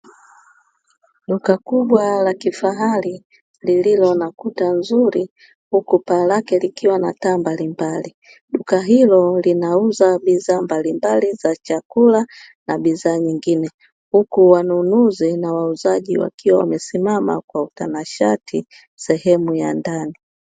Duka kubwa la kifahari lililo na kuta nzuri huku paa lake likiwa na taa mbalimbali, duka hilo linauza bidhaa mbalimbali za chakula na bidhaa nyingine, huku wanunuzi na wauzaji wakiwa wamesimama kwa utanashati sehemu ya ndani.